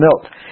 milk